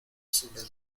sobre